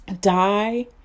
die